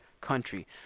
country